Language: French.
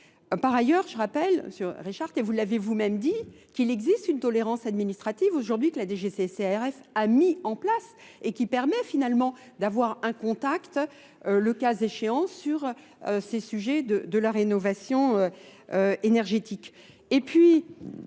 Par ailleurs, je rappelle, M. Richard, et vous l'avez vous-même dit, qu'il existe une tolérance administrative aujourd'hui que la DGCC-ARF a mis en place et qui permet finalement d'avoir un contact, le cas échéant, sur ces sujets de la rénovation énergétique.